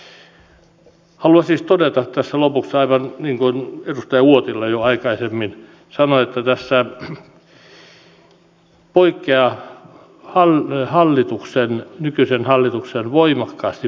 haluan siis todeta tässä lopuksi aivan niin kuin edustaja uotila jo aikaisemmin sanoi että tässä poikkeaa nykyisen hallituksen voimakkaasti positiivinen kanta